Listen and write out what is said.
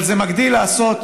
אבל מגדיל לעשות,